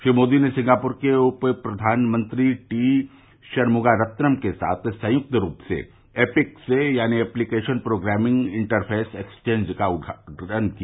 श्री मोदी ने सिंगापुर के उप प्रधानमंत्री टी शनमुगारत्नम के साथ संयुक्त रूप से एपिक्स यानि एप्लीकेशन प्रोग्रेमिंग इंटरफेस एक्सचेंज का उद्घाटन किया